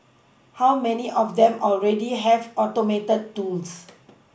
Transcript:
how many of them already have Automated tools